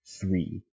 three